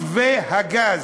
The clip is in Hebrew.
מתווה הגז,